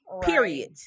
period